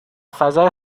فضای